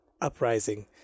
uprising